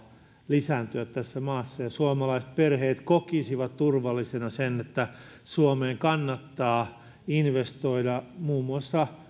lisääntyä tässä maassa ja suomalaiset perheet kokisivat turvallisena sen että suomeen kannattaa investoida muun muassa